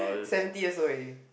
seventy years old already